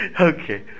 Okay